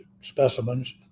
specimens